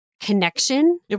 connection